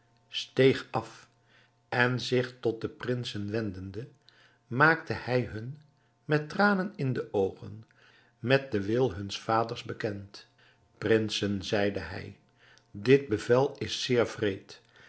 steeg af en zich tot de prinsen wendende maakte hij hun met tranen in de oogen met den wil huns vaders bekend prinsen zeide hij dit bevel is zeer wreed